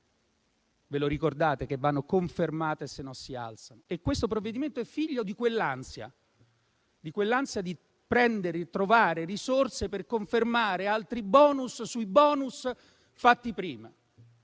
(ve lo ricordate?) che vanno confermate, altrimenti si alzano. Questo provvedimento è figlio di quell'ansia di trovare risorse per confermare altri *bonus* sui *bonus* fatti prima